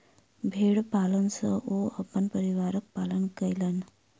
भेड़ पालन सॅ ओ अपन परिवारक पालन कयलैन